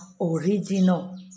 original